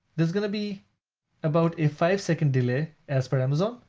there's going to be about a five second delay, as per amazon,